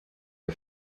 est